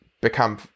become